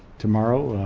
tomorrow,